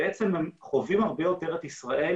הם חווים הרבה יותר את ישראל.